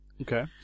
Okay